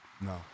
No